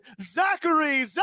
Zachary